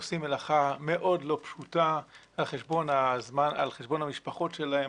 עושים מלאכה מאוד לא פשוטה על חשבון המשפחות שלהם,